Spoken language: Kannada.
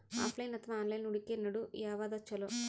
ಆಫಲೈನ ಅಥವಾ ಆನ್ಲೈನ್ ಹೂಡಿಕೆ ನಡು ಯವಾದ ಛೊಲೊ?